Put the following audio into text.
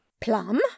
Plum